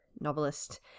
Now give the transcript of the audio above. novelist